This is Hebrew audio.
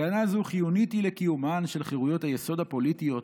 הגנה זו חיונית היא לקיומן של חירויות היסוד הפוליטיות,